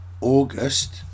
August